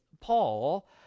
Paul